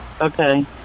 Okay